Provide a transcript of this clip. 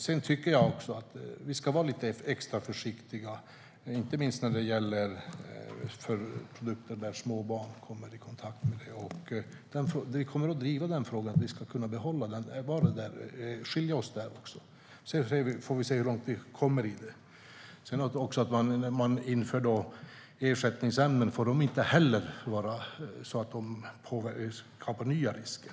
Sedan tycker jag att vi ska vara lite extra försiktiga, inte minst om små barn kommer i kontakt med bisfenol A, och vi kommer att driva den frågan. Vi ska kunna skilja oss också där. Sedan får vi se hur långt vi kommer. Ersättningsämnen får inte heller påverka så att de skapar nya risker.